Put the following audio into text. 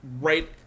right